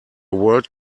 world